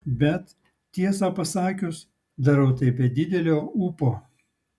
bet tiesą pasakius darau tai be didelio ūpo